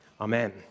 Amen